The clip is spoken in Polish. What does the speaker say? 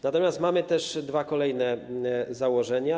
Natomiast mamy też dwa kolejne założenia.